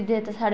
ते